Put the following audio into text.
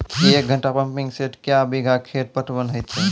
एक घंटा pumping set क्या बीघा खेत पटवन है तो?